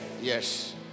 Yes